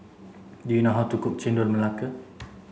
do you know how to cook Chendol Melaka